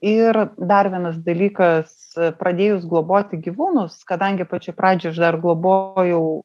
ir dar vienas dalykas pradėjus globoti gyvūnus kadangi pačioj pradžioj aš dar globojau